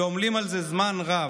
שעמלים על זה זמן רב,